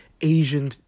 Asian